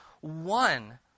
one